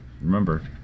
Remember